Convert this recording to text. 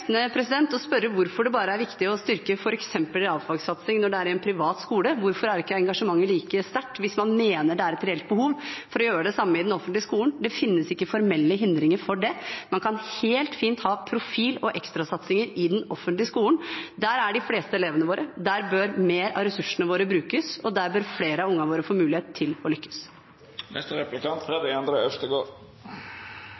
å spørre hvorfor det bare er viktig å styrke f.eks. realfagsatsingen når det er en privat skole. Hvorfor er ikke engasjementet er like sterkt, hvis man mener det er et reelt behov, for å gjøre det samme i den offentlige skolen? Det finnes ikke formelle hindringer for det. Man kan helt fint ha profil og ekstra satsinger i den offentlige skolen. Der er de fleste elevene våre. Der bør mer av ressursene våre brukes, og der bør flere av ungene våre få mulighet til å